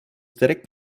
direkt